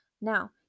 Now